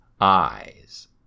eyes